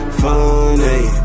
funny